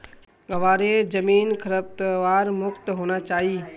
ग्वारेर जमीन खरपतवार मुक्त होना चाई